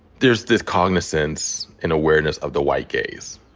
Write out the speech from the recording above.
there's this cognizance and awareness of the white gaze,